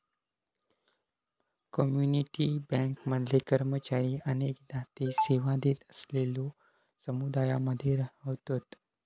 community bank मधले कर्मचारी अनेकदा ते सेवा देत असलेलल्यो समुदायांमध्ये रव्हतत